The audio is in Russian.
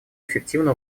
эффективно